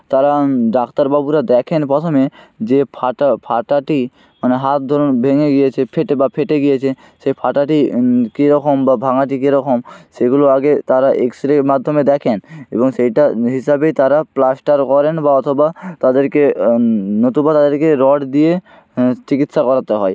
তারা ডাক্তারবাবুরা দেখেন পথমে যে ফাটা ফাটাটি মানে হাত ধরুন ভেঙে গিয়েছে ফেটে বা ফেটে গিয়েছে সে ফাটাটি কী রকম বা ভাঙাটি কী রকম সেগুলো আগে তারা এক্স রের মাধ্যমে দেখেন এবং সেইটার হিসাবেই তারা প্লাস্টার করেন বা অথবা তাদেরকে নতুবা তাদেরকে রড দিয়ে চিকিৎসা করাতে হয়